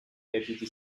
deputy